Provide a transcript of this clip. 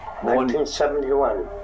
1971